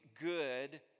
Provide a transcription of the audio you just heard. good